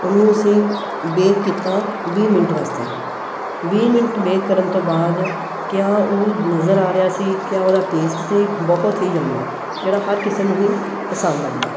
ਉਹਨੂੰ ਅਸੀਂ ਬੇਕ ਕੀਤਾ ਵੀਹ ਮਿੰਟ ਵਾਸਤੇ ਵੀਹ ਮਿੰਟ ਬੇਕ ਕਰਨ ਤੋਂ ਬਾਅਦ ਕਿਆ ਉਹ ਨਜ਼ਰ ਆ ਰਿਹਾ ਸੀ ਕਿਆ ਉਹਦਾ ਟੇਸਟ ਸੀ ਬਹੁਤ ਹੀ ਜ਼ਮੀ ਜਿਹੜਾ ਹਰ ਕਿਸੇ ਨੂੰ ਹੀ ਪਸੰਦ ਆਉਂਦਾ